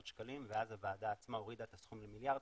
שקלים ואז הוועדה עצמה הורידה את הסכום למיליארד